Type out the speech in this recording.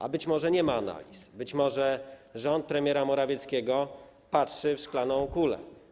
A być może nie ma analiz, być może rząd premiera Morawieckiego patrzy w szklaną kulę.